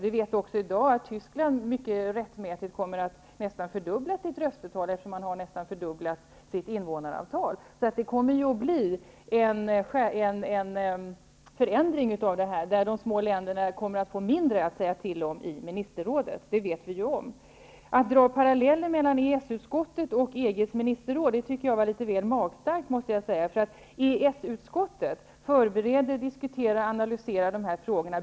Vi vet att Tyskland mycket rättmätigt kommer att nästan fördubbla sitt röstetal eftersom landet nästan har fördubblat sitt invånarantal. Det kommer att bli en förändring. De små länderna kommer att få mindre att säga till om i ministerrådet. Det vet vi om. Att dra paralleller mellan EES-utskottet och EG:s ministerråd tycker jag var litet väl magstarkt. EES utskottet förbereder, diskuterar och analyserar dessa frågor.